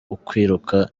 ukwiruka